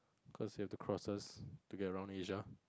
cause you have to cross us to get around Asia